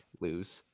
lose